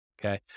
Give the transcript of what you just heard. Okay